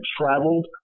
traveled